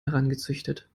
herangezüchtet